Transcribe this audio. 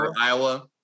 Iowa